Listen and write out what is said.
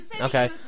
okay